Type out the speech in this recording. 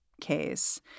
case